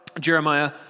Jeremiah